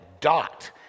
dot